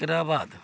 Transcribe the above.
तकरा बाद